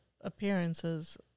appearances